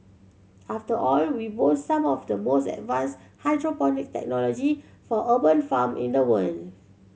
after all we boast some of the most advanced hydroponic technology for urban farm in the world